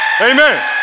Amen